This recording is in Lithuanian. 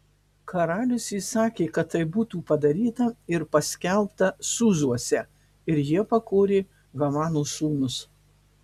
karalius įsakė kad tai būtų padaryta ir paskelbta sūzuose ir jie pakorė hamano sūnus